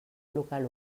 local